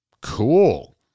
Cool